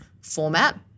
format